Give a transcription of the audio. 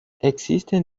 existen